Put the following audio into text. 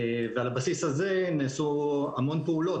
על הבסיס הזה נעשו המון פעולות,